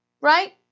right